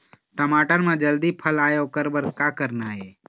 टमाटर म जल्दी फल आय ओकर बर का करना ये?